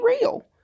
real